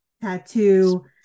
tattoo